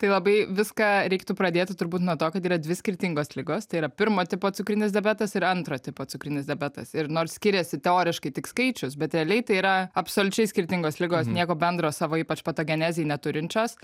tai labai viską reiktų pradėti turbūt nuo to kad yra dvi skirtingos ligos tai yra pirmo tipo cukrinis diabetas ir antro tipo cukrinis diabetas ir nors skiriasi teoriškai tik skaičius bet realiai tai yra absoliučiai skirtingos ligos nieko bendro savo ypač patogenezei neturinčios